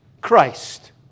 Christ